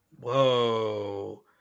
Whoa